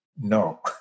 No